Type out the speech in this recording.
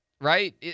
right